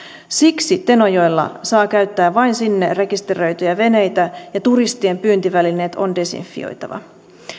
siksi tenojoella saa käyttää vain sinne rekisteröityjä veneitä ja turistien pyyntivälineet on desinfioitava